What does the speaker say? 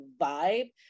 vibe